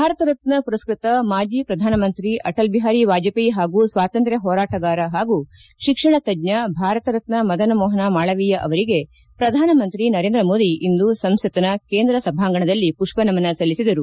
ಭಾರತ ರತ್ನ ಮರಸ್ವತ ಮಾಜಿ ಪ್ರಧಾನ ಮಂತ್ರಿ ಅಟಲ್ ಬಿಹಾರಿ ವಾಜಪೇಯಿ ಹಾಗೂ ಸ್ವಾತಂತ್ರ್ವ ಹೋರಾಟಗಾರ ಹಾಗೂ ಶಿಕ್ಷಣ ತಜ್ಞ ಭಾರತ ರತ್ನ ಮದನ ಮೋಹನ ಮಾಳವೀಯ ಅವರಿಗೆ ಪ್ರಧಾನ ಮಂತ್ರಿ ನರೇಂದ್ರ ಮೋದಿ ಇಂದು ಸಂಸತ್ನ ಕೇಂದ್ರ ಸಭಾಂಗಣದಲ್ಲಿ ಮಷ್ವ ನಮನ ಸಲ್ಲಿಸಿದರು